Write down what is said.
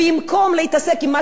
לעצור דבר אלמנטרי,